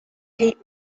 heat